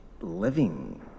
living